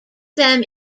them